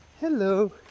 hello